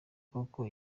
koko